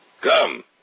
Come